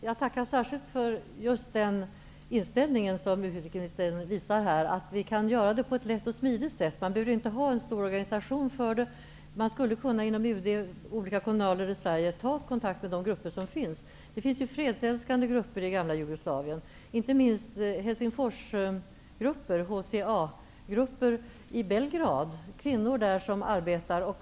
Herr talman! Jag tackar särskilt för den inställning som utrikesministern här visar, att vi kan göra detta på ett lätt och smidigt sätt. Man behöver inte ha en stor organisation för det. Man skulle kunna inom UD genom olika kanaler i Sverige ta kontakt med de grupper som finns. Det finns fredsälskande grupper i det gamla Jugoslavien, inte minst Helsingforsgrupper, HCA-grupper, i Belgrad, kvinnor som arbetar där.